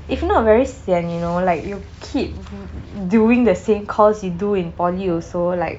if not very sian you know like you keep doing the same course you do in poly also like